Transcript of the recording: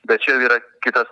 bet čia jau yra kitas